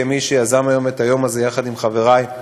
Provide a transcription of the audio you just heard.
כמי שיזם את היום הזה יחד עם חברי,